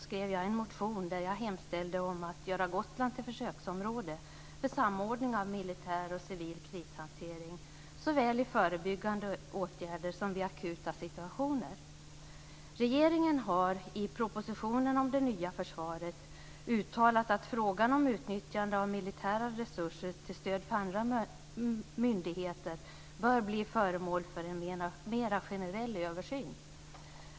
skrev jag en motion där jag hemställde om att göra Regeringen har i propositionen om det nya försvaret uttalat att frågan om utnyttjande av militära resurser till stöd för andra myndigheter bör bli föremål för en mer generell översyn.